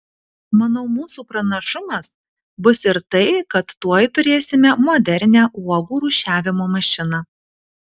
manau mūsų pranašumas bus ir tai kad tuoj turėsime modernią uogų rūšiavimo mašiną